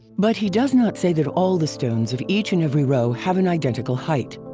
but he does not say that all the stones of each and every row have an identical height.